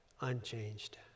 unchanged